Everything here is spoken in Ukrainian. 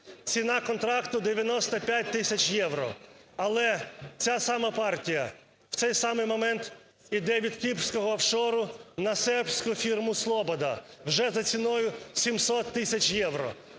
Ціна контракту – 95 тисяч євро. Але ця сама партія в цей самий момент іде від кіпрського офшору на сербську фірму Sloboda вже за ціною в 700 тисяч євро.